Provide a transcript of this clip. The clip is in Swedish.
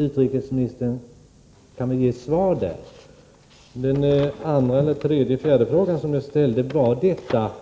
Utrikesministern borde kunna ge svar på den frågan. Jag frågade vidare beträffande